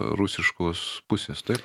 rusiškos pusės taip